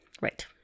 Right